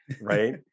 right